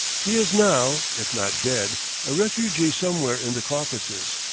he is now if not dead a refugee somewhere in the caucasus.